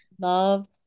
love